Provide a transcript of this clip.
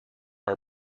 our